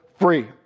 free